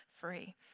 free